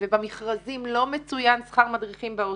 ובמכרזים לא מצוין שכר מדריכים בהוסטלים.